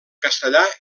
castellà